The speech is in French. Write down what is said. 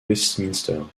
westminster